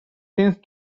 since